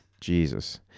Jesus